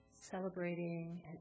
celebrating